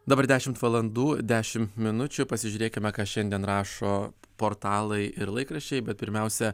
dabar dešimt valandų dešimt minučių pasižiūrėkime ką šiandien rašo portalai ir laikraščiai bet pirmiausia